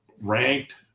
ranked –